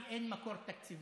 כי אין מקור תקציבי,